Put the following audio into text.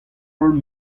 roll